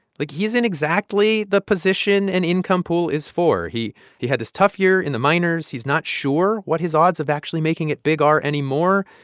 like, he's in exactly the position an income pool is for. he he had this tough year in the minors. he's not sure what his odds of actually making it big are anymore.